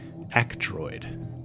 Actroid